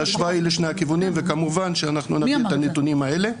ההשוואה היא לשני הכיוונים וכמובן שאנחנו נפיק את הנתונים האלה.